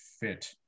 fit